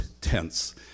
tense